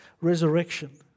resurrection